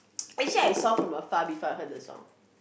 actually I saw from afar before I heard the song